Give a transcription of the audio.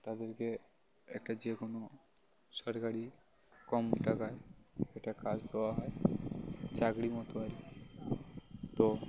তাদেরকে একটা যে কোনো সরকারি কম টাকায় একটা কাজ দেওয়া হয় চাকরি মতো হয় তো